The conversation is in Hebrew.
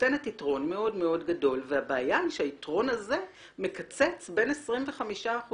נותנת יתרון מאוד גדול והבעיה שהיתרון הזה מקצה בין 25%